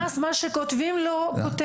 למ"ס מה שכותבים לא כותב.